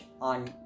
on